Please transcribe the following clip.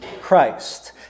Christ